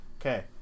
Okay